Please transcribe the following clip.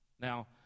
Now